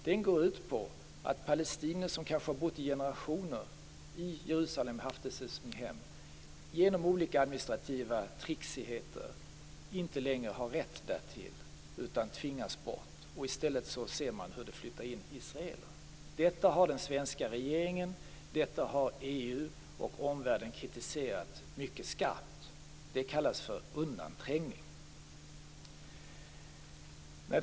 Den går ut på att palestinier som kanske har bott i Jerusalem i generationer och haft det som sitt hem genom olika administrativa tricks inte längre har rätt därtill, utan tvingas bort. I stället ser man hur det flyttar in israeler. Detta har den svenska regeringen, EU och omvärlden kritiserat mycket skarpt. Det kallas för undanträngning.